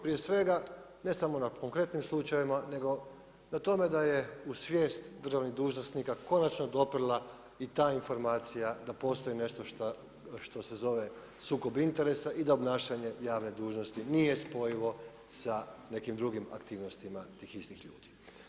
Prije svega ne samo na konkretnim slučajevima nego na tome da je u svijest državnih dužnosnika konačno doprla i ta informacija da postoji nešto što se zove sukob interesa i da obnašanje javne dužnosti nije spojivo sa nekim drugim aktivnostima tih istih ljudi.